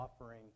offering